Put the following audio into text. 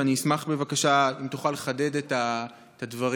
ואשמח בבקשה אם תוכל לחדד את הדברים.